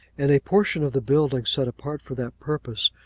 in a portion of the building, set apart for that purpose,